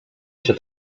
się